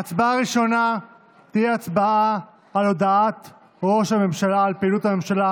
ההצבעה הראשונה תהיה על הודעת ראש הממשלה על פעילות הממשלה